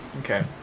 Okay